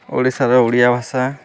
ଓଡ଼ିଶାର ଓଡ଼ିଆ ଭାଷା